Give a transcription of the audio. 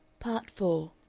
part four